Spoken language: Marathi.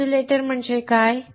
इन्सुलेटर म्हणजे काय